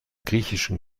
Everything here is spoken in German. griechischen